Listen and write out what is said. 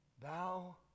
Thou